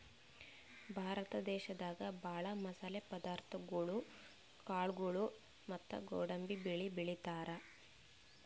ಭಾರತ ದೇಶದಾಗ ಭಾಳ್ ಮಸಾಲೆ ಪದಾರ್ಥಗೊಳು ಕಾಳ್ಗೋಳು ಮತ್ತ್ ಗೋಡಂಬಿ ಬೆಳಿ ಬೆಳಿತಾರ್